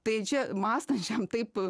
tai čia mąstančiam taip